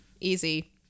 easy